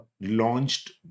launched